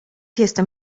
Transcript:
jestem